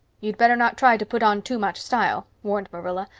you'd better not try to put on too much style, warned marilla,